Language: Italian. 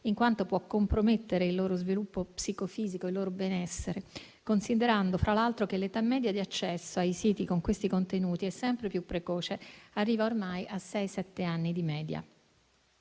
in quanto può compromettere il loro sviluppo psicofisico e il loro benessere, considerando, fra l'altro, che l'età media di accesso ai siti con questi contenuti è sempre più precoce ed arriva ormai a sei o sette